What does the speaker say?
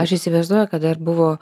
aš įsivaizduoju kad dar buvo